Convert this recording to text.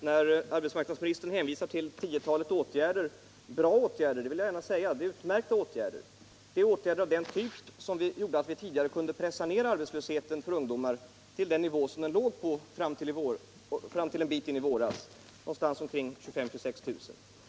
Herr talman! Arbetsmarknadsministern hänvisar till tiotalet åtgärder — utmärkta åtgärder, det vill jag gärna säga. Det är åtgärder av den typen som gjort att vi tidigare kunnat pressa ned arbetslösheten bland ungdomen till den nivå som den låg på ända fram till i våras, någonstans vid 25 000-26 000.